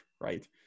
Right